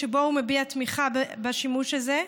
שבו הוא מביע תמיכה בשימוש הזה.